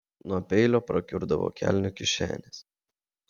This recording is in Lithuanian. nuo peilio prakiurdavo kelnių kišenės